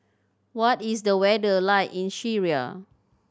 what is the weather like in Syria